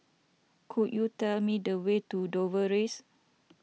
could you tell me the way to Dover Rise